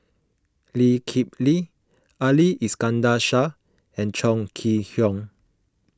Lee Kip Lee Ali Iskandar Shah and Chong Kee Hiong